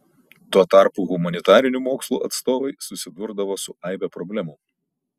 tuo tarpu humanitarinių mokslo atstovai susidurdavo su aibe problemų